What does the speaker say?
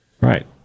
Right